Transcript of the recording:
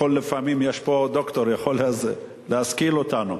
יש פה דוקטור, יכול להשכיל אותנו.